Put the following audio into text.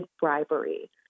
bribery